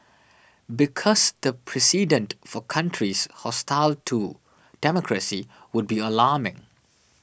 because the precedent for countries hostile to democracy would be alarming